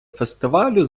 фестивалю